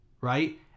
right